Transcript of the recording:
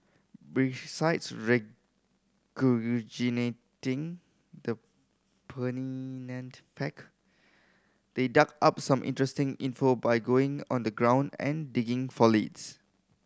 besides the fact they dug up some interesting info by going on the ground and digging for leads